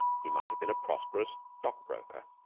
he might have been a prosperous stock-broker.